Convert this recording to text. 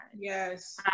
Yes